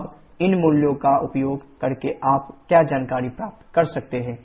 अब इन मूल्यों का उपयोग करके आप क्या जानकारी प्राप्त कर सकते हैं